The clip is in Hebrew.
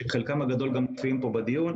שחלקם הגדול גם מופיעים כאן בדיון.